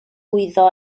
lwyddo